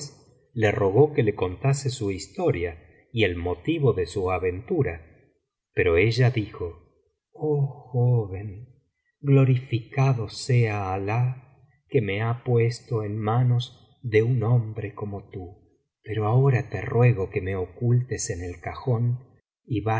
le rogó que le contase su historia y el motivo de su aventura pero ella dijo oh joven glorificado sea alah que me ha puesto en manos de un hombre como tú pero ahora te ruego que me ocultes en el cajón y